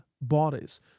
bodies